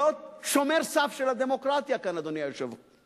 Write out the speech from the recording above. להיות שומר סף של הדמוקרטיה כאן, אדוני היושב-ראש.